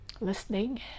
listening